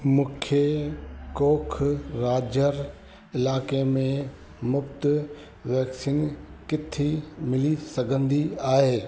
मूंखे कोखराझर इलाइक़े में मुफ़्ति वैक्सीन किथे मिली सघंदी आहे